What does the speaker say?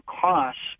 costs